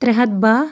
ترٛےٚ ہَتھ باہہ